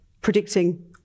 predicting